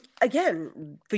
again